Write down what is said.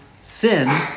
sin